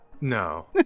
No